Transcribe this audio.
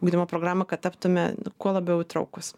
ugdymo programą kad taptume kuo labiau įtraukūs